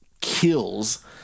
kills